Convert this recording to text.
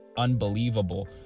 unbelievable